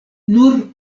nur